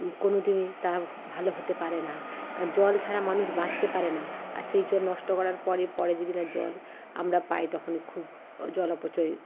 কোন দিনই তার ভাল হতে পারে না কারণ জল ছাড়া মানুষ বাঁচতে পারে না আর সেই জল নষ্ট করার পরে পরে যদি না জল আমরা পাই তখনই খুব জল অপচয়